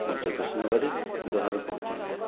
ମୁଁ ଜଗସୁନ ବାରିକ୍ ଦୋହରୁ କହୁଛି ଆଜ୍ଞା